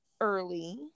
early